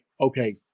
okay